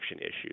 issues